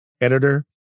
editor